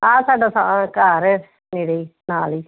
ਆਹ ਸਾਡਾ ਸਾ ਘਰ ਨੇੜੇ ਹੀ ਨਾਲ ਹੀ